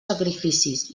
sacrificis